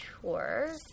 sure